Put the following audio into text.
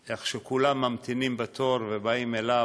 איך שכולם ממתינים בתור ובאים אליו,